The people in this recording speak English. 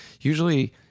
usually